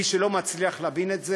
מי שלא מצליח להבין את זה,